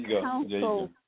council